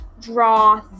draw